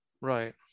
Right